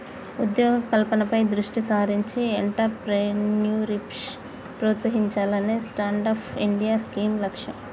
ఉద్యోగ కల్పనపై దృష్టి సారించి ఎంట్రప్రెన్యూర్షిప్ ప్రోత్సహించాలనే స్టాండప్ ఇండియా స్కీమ్ లక్ష్యం